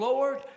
Lord